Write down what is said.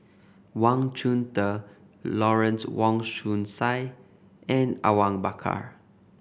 Wang Chunde Lawrence Wong Shyun Tsai and Awang Bakar